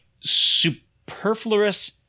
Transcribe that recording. superfluous